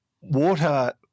water